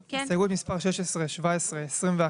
22,